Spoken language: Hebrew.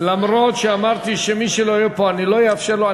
למרות שאמרתי שמי שלא יהיה פה אני לא אאפשר לו,